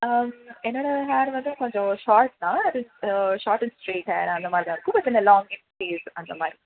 ஆ என்னோடய ஹேர் வந்து கொஞ்சம் ஷாட் தான் with ah short and straight hair அந்த மாதிரி தான் இருக்கும் பட் அந்த லாங் ஹேர் அந்த மாதிரி